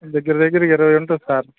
దగ్గర దగ్గరగా ఇరవై ఉంటుంది సార్